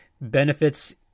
benefits